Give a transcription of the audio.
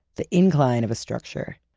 the incline of a structure.